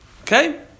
Okay